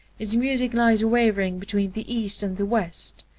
his music lies wavering between the east and the west.